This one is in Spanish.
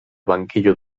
banquillo